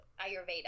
ayurveda